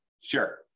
Sure